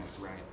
Right